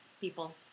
people